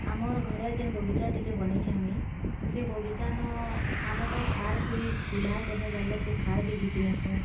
ଆମର ଘରେ ଯେନ୍ ବଗିଚା ଟିକେ ବନେଇଁଛେ ମୁଇଁ ସେ ବଗିଚାନ୍ ଆମେ ତ ଖାର ଖୁରୀ ଚୁଲ୍ଲହା କେଭେ ଜାଲଲେ ସେ ଖାର୍ ବି ଝୀଟି ନେସୁଁ